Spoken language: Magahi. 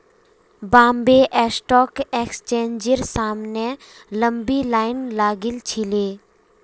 बॉम्बे स्टॉक एक्सचेंजेर सामने लंबी लाइन लागिल छिले